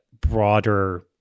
broader